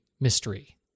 mystery